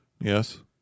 Yes